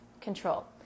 control